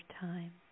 time